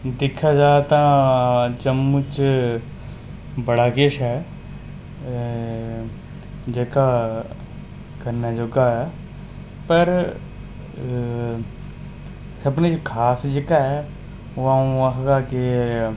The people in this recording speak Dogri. दिक्खेआ जा तां जम्मू च बड़ा किश ऐ जेह्का करने जोगा ऐ पर सभनें च खास जेह्का ऐ ओह् अ'ऊं आक्खगा के